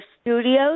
studios